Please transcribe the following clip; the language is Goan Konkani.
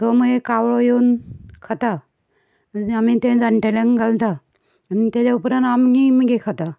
थंय मागी कावळो येवन खाता आमी तें जाणटेल्यांक घालता आनी तेज्या उपरांत आमी मागीर खातात